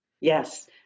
Yes